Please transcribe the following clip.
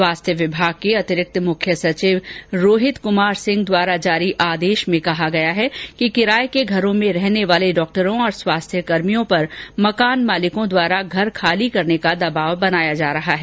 स्वास्थ्य विभाग के अतिरिक्त मख्य सचिव रोहित कमार सिंह द्वारा आदेश में कहा गया है कि किराए के घरों में रहने वाले डॉक्टरों और स्वास्थ्य कर्मियों पर मकान मालिक द्वारा घर खाली करने का दबाव डाला जा रहा है